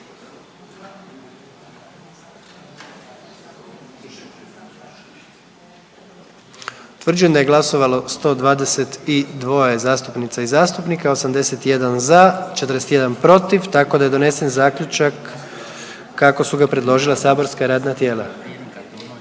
glasujmo. Glasovalo je 122 zastupnica i zastupnika, 77 za, 45 suzdržanih, pa je donesen zaključak kako su ga predložila saborska radna tijela.